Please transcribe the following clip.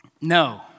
No